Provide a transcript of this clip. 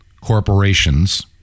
corporations